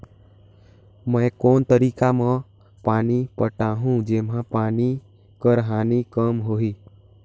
मैं कोन तरीका म पानी पटाहूं जेमा पानी कर हानि कम होही?